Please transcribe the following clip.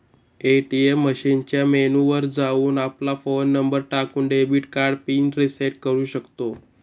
ATM मशीनच्या menu वर जाऊन, आपला फोन नंबर टाकून, डेबिट कार्ड पिन रिसेट करू शकतो